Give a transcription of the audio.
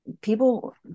People